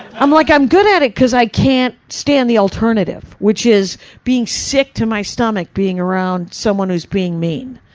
i'm like, i'm good at it cause i can't stand the alternative, which is being sick to my stomach being around someone who's being mean.